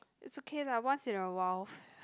it's okay lah once in awhile